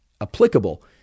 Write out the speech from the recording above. applicable